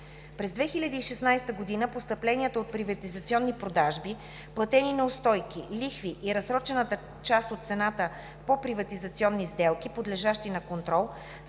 През 2016 г. постъпленията от приватизационни продажби, платени неустойки, лихви и разсрочената част от цената по приватизационни сделки, подлежащи на контрол,